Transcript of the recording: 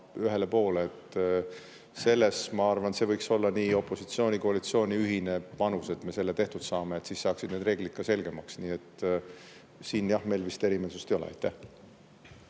ühele poole. Selles … Ma arvan, see võiks olla nii opositsiooni-koalitsiooni ühine panus, et me selle tehtud saame, et siis saaksid need reeglid ka selgemaks. Nii et siin, jah, meil vist erimeelsust ei ole. Aitäh!